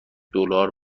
دلار